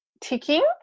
ticking